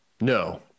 No